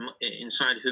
inside